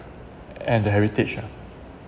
and the heritage ah